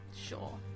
Sure